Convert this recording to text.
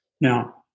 Now